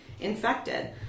infected